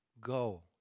Go